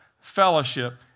fellowship